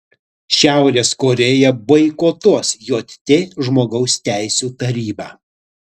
šiaurės korėja boikotuos jt žmogaus teisių tarybą